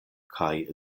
kaj